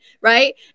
right